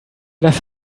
dass